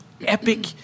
epic –